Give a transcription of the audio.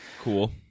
Cool